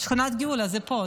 שכונת גאולה, זה פה.